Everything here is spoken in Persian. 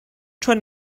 چون